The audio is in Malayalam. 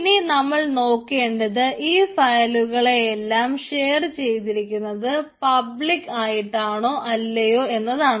ഇനി നമ്മൾ നോക്കേണ്ടത് ഈ ഫയലുകളെയെല്ലാം ഷെയർ ചെയ്തിരിക്കുന്നത് പബ്ലിക് ആയിട്ട് ആണോ അല്ലയോ എന്നതാണ്